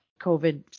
COVID